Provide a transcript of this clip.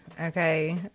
okay